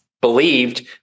believed